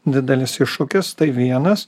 didelis iššūkis tai vienas